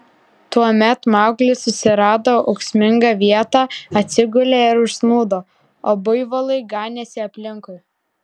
tuomet mauglis susirado ūksmingą vietą atsigulė ir užsnūdo o buivolai ganėsi aplinkui